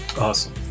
Awesome